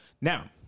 Now